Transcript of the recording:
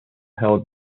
held